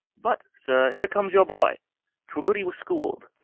but, sir, here comes your boy twere good he were school'd.